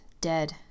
dead